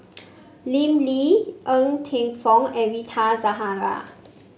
Lim Lee Ng Teng Fong and Rita Zahara